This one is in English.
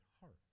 heart